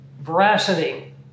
Veracity